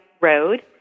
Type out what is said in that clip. road